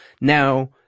now